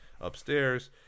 upstairs